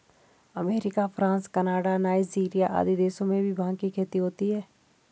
America, France, Canada, Nigeria आदि देशों में भी भाँग की खेती होती है